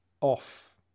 off